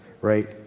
right